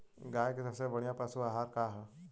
गाय के सबसे बढ़िया पशु आहार का ह?